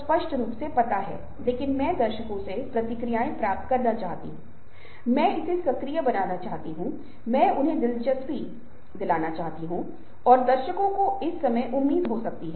संचार का अर्थ आज विभिन्न संदर्भों में है यहां तक कि सॉफ्ट स्किल के संदर्भ में भी एक अच्छा सोत्र है और दूसरों को समझाने के लिए प्रबंधन और विजुअल बहुत ही शक्तिशाली भूमिका निभाते हैं